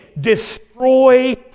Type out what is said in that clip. Destroy